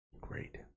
great